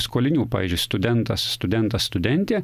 skolinių pavyzdžiui studentas studentas studentė